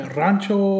rancho